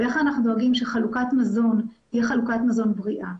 ואיך אנחנו דואגים שחלוקת מזון תהיה חלוקת מזון בריאה,